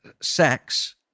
sex